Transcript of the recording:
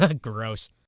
Gross